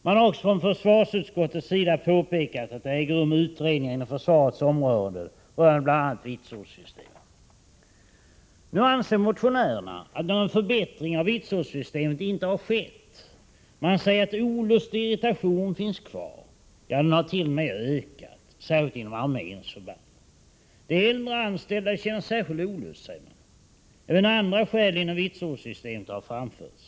Man har också från försvarsutskottets sida påpekat att utredningar inom försvarets område rörande bl.a. vitsordssystemet äger rum. Motionärerna anser att någon förbättring av vitsordssystemet inte har skett. Man säger att olusten och irritationen finns kvar. Ja, olusten och irritationen har t.o.m. ökat — särskilt inom arméns förband. De äldre anställda känner särskilt stor olust, säger man. Även andra skäl i fråga om vitsordssystemet har framförts.